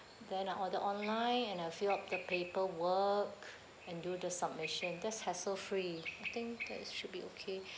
then I order online and I fill up the paperwork and do the submission that's hassle free I think that should be okay